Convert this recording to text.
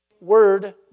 Word